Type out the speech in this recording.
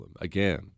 Again